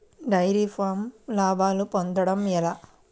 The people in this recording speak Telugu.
డైరి ఫామ్లో లాభాలు పొందడం ఎలా?